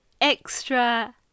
extra